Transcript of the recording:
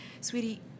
Sweetie